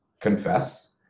confess